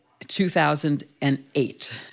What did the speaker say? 2008